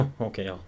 Okay